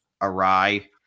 awry